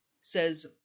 says